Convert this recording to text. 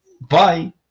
Bye